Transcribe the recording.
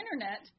Internet